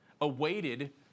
awaited